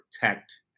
protect